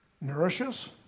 Nourishes